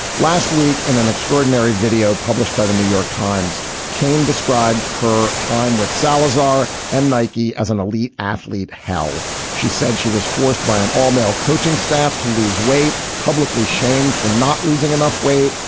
last week in an extraordinary video published by the new york times cain described her time with salazar and nike as an elite athlete. hell she said she was forced by an all male coaching staff to lose weight publicly shamed for not losing enough weight.